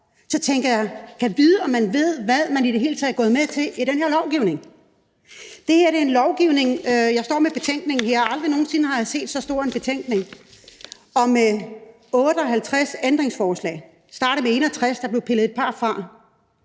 Så tænker jeg: Gad vide, om man ved, hvad man i det hele taget er gået med til i den her lovgivning. Jeg står her med betænkningen, og aldrig nogen sinde har jeg set så lang en betænkning. Den indeholder 58 ændringsforslag, det startede med 61, men der blev pillet et par fra.